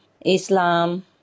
Islam